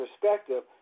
perspective